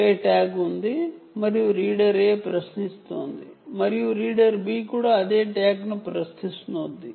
ఒకే tag ఉంది reader A ట్యాగ్ను ప్రశ్నిస్తోంది మరియు రీడర్ B కూడా అదే సమయంలో ట్యాగ్ను ప్రశ్నిస్తోంది